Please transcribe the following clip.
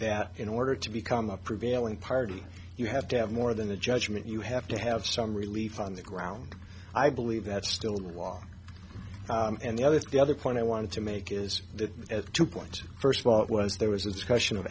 that in order to become a prevailing party you have to have more than the judgment you have to have some relief on the ground i believe that's still the law and the other the other point i wanted to make is that at two points first of all it was there was a question of